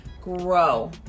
grow